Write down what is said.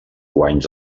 guanys